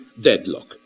deadlock